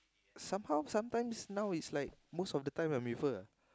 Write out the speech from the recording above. somehow sometimes now it's like most of time I'm with her